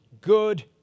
good